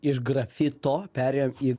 iš grafito perėjom į